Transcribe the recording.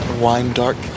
wine-dark